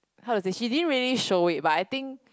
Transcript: how to say she didn't really show it but I think